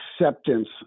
acceptance